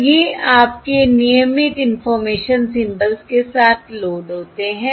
तो ये आपके नियमित इंफॉर्मेशन सिंबल्स के साथ लोड होते हैं